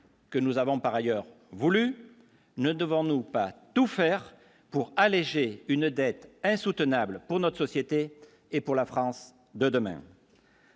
Que nous avons par ailleurs voulu ne devons-nous pas tout faire pour alléger une dette insoutenable pour notre société et pour la France de demain.